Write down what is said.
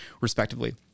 respectively